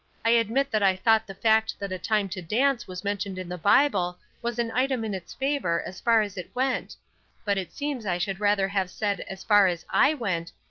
i admit that i thought the fact that a time to dance was mentioned in the bible was an item in its favor as far as it went but it seems i should rather have said as far as i went,